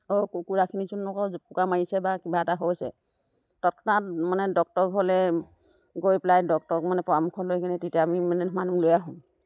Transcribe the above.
অ' কুকুৰাখিনিচোন আকৌ জুপুকা মাৰিছে বা কিবা এটা হৈছে তৎক্ষণাত মানে ডক্তৰৰ ঘৰলৈ গৈ পেলাই ডক্তৰক মানে পৰামৰ্শ লৈ কিনে তেতিয়া আমি মানে ধুমাধুম লৈ আহোঁ